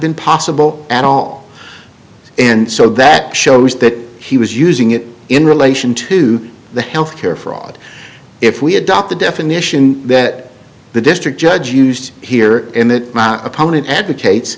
been possible at all and so that shows that he was using it in relation to the health care fraud if we had dropped the definition that the district judge used here in that my opponent advocates